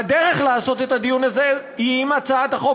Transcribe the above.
והדרך לעשות את הדיון הזה היא אם הצעת החוק